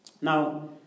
Now